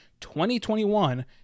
2021